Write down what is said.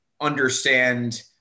understand